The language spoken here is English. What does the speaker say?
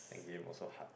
that game was so hard